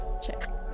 check